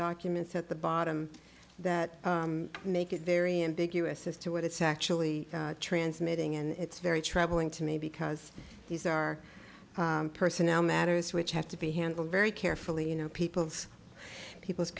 documents at the bottom that make it very ambiguous as to what it's actually transmitting and it's very troubling to me because these are personnel matters which have to be handled very carefully you know people's people's